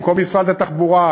במקום משרד התחבורה,